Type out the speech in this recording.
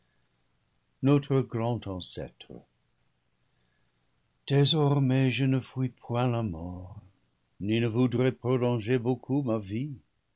notre grand ancêtre désormais je ne fuis point la mort ni ne voudrais prolon ger beaucoup ma vie